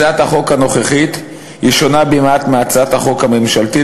הצעת החוק הנוכחית שונה מעט מהצעת החוק הממשלתית